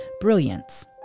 brilliance